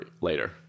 later